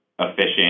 efficient